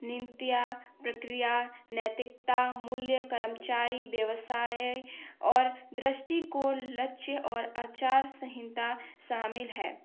निंत्या प्रक्रिया नैतिकता मूल्य कर्मचारी व्यवसाय और दृष्टि को लक्ष्य और आचार सहिंता शामिल है